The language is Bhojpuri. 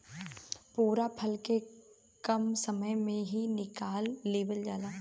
पूरा फसल के कम समय में ही निकाल लेवल जाला